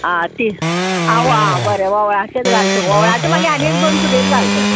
आं तीं आव आं बरें वोंवळाचेच घाल तूं वोंवळाचें मागीर आनी एक दोन सुबेंत घाल तर